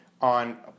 on